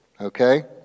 Okay